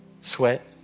sweat